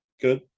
Good